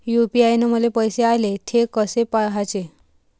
UPI न पैसे आले, थे कसे पाहाचे?